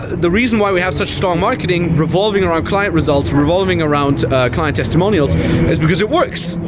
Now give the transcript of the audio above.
the reason why we have such strong marketing revolving around client results, revolving around client testimonials is because it works.